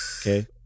Okay